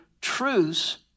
truths